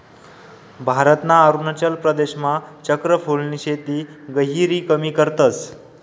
भारतना अरुणाचल प्रदेशमा चक्र फूलनी शेती गहिरी कमी करतस